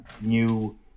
new